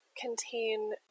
contain